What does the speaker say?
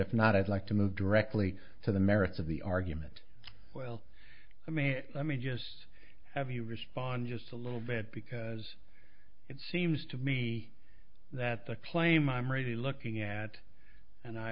if not i'd like to move directly to the merits of the argument well i mean let me just have you respond just a little bit because it seems to me that the claim i'm really looking at and i